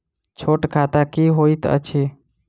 छोट खाता की होइत अछि